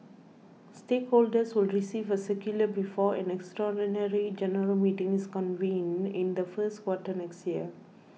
stay holders will receive a circular before an extraordinary general meeting is convened in the first quarter next year